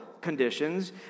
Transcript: conditions